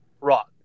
rock